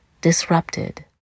disrupted